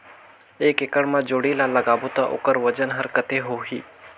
एक एकड़ मा जोणी ला लगाबो ता ओकर वजन हर कते होही?